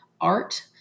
art